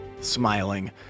smiling